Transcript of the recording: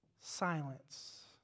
Silence